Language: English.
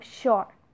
sure